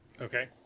Okay